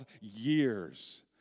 years